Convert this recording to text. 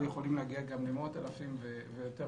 אבל הם יכולים להגיע גם למאות אלפים ויותר